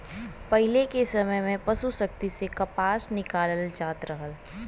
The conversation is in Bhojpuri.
पहिले के समय में पसु शक्ति से कपास निकालल जात रहल